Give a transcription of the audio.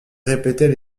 répétait